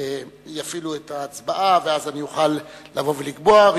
יפעילו את ההצבעה, ואז אני אוכל לבוא ולקבוע.